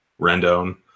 Rendon